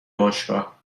باشگاه